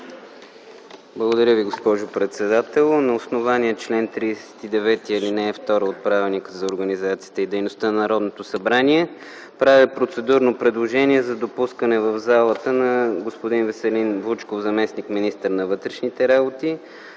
Благодаря Ви, госпожо председател. На основание чл. 39, ал. 2 от Правилника за организацията и дейността на Народното събрание правя процедурно предложение за допускане в залата на господин Веселин Вучков – заместник-министър на вътрешните работи,